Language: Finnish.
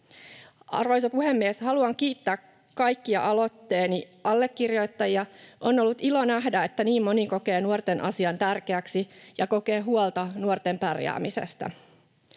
Arvoisa puhemies! Haluan kiittää kaikkia aloitteeni allekirjoittajia. On ollut ilo nähdä, että niin moni kokee nuorten asian tärkeäksi ja kokee huolta nuorten pärjäämisestä.